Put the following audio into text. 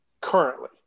currently